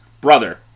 brother